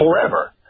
forever